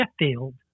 Sheffield